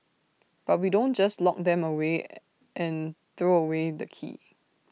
but we don't just lock them away and throw away the key